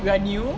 you are new